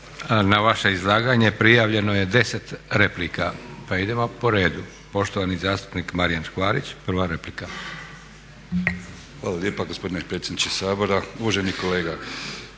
Na vaše izlaganje prijavljeno je 10 replika. Idemo po redu. Poštovani zastupnik Marijan Škvarić, prva replika. **Škvarić, Marijan (HNS)** Hvala lijepa gospodine predsjedniče Sabora. Uvaženi kolega